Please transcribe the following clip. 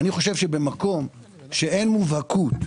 אני חושב שבמקום שאין מובהקות,